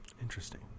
interesting